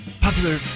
popular